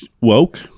woke